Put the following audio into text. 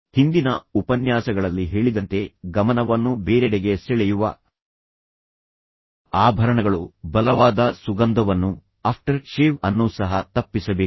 ಹಿಂದಿನ ಉಪನ್ಯಾಸಗಳಲ್ಲಿ ಹೇಳಿದಂತೆ ಗಮನವನ್ನು ಬೇರೆಡೆಗೆ ಸೆಳೆಯುವ ಆಭರಣಗಳು ಬಲವಾದ ಸುಗಂಧವನ್ನು ಆಫ್ಟರ್ ಶೇವ್ ಅನ್ನು ಸಹ ತಪ್ಪಿಸಬೇಕು